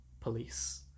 police